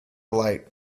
light